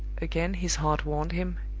again his heart warned him,